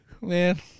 Man